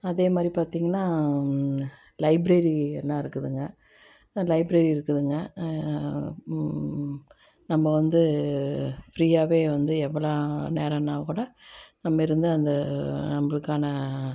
அதே மாதிரி பார்த்தீங்கன்னா லைப்ரேரி எல்லாம் இருக்குதுங்க லைப்ரேரி இருக்குதுங்க நம்ம வந்து ஃப்ரீயாகவே வந்து எவ்வளோ நேரன்னா கூட நம்ம இருந்து அந்த நம்மளுக்கான